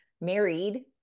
married